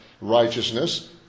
righteousness